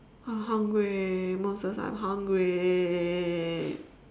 I hungry moses I'm hungry